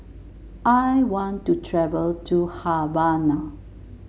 I want to travel to Havana